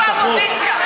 לא באופוזיציה.